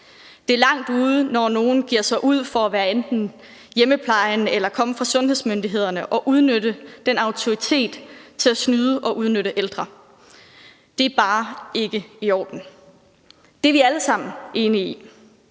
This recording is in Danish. Det er langt ude, når nogle giver sig ud for at være enten hjemmeplejen eller komme fra sundhedsmyndighederne og udnytte den autoritet til at snyde og udnytte ældre. Det er bare ikke i orden; det er vi alle sammen enige i.